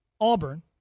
Auburn